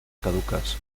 caducas